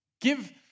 Give